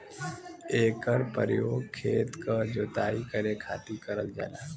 एकर परयोग खेत क जोताई करे खातिर करल जाला